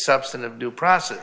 substantive due process